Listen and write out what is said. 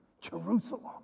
Jerusalem